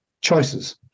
choices